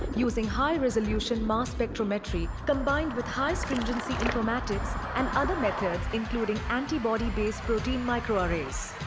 using high resolution mass spectrometry combined with high stringency informatics. and other methods including antibody based protein microarrays.